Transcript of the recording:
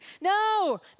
No